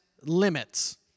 Limits